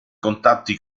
contatti